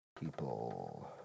People